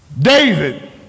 David